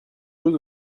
chose